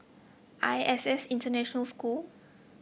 I S S International School